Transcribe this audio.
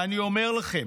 ואני אומר לכם,